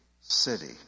city